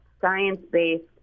science-based